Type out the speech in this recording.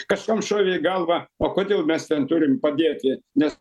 kažkam šovė į galvą o kodėl mes ten turim padėti nes